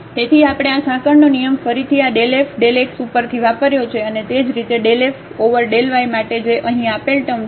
તેથી આપણે આ સાંકળનો નિયમ ફરીથી આ ∇ f ∇xઉપરથી વાપર્યો છે અને તે જ રીતે ∇ f ઓવર ∇ y માટે જે અહીં આપેલ ટર્મ છે